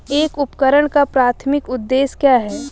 एक उपकरण का प्राथमिक उद्देश्य क्या है?